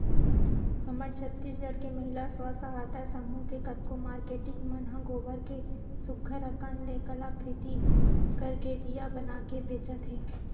हमर छत्तीसगढ़ के महिला स्व सहयता समूह के कतको मारकेटिंग मन ह गोबर के सुग्घर अंकन ले कलाकृति करके दिया बनाके बेंचत हे